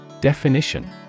Definition